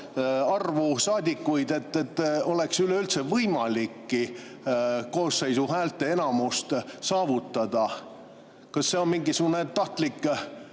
arvu saadikuid, et oleks üleüldse võimalik koosseisu häälteenamust saavutada. Kas see on mingisugune tahtlik